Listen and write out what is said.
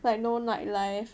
like no night life